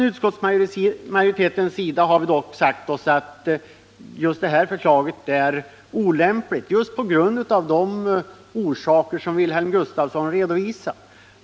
Utskottsmajoriteten har dock ansett detta förslag olämpligt just av de orsaker som Wilhelm Gustafsson redovisat.